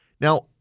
now